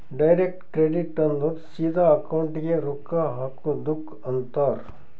direct credit ಅಂದುರ್ ಸಿದಾ ಅಕೌಂಟ್ಗೆ ರೊಕ್ಕಾ ಹಾಕದುಕ್ ಅಂತಾರ್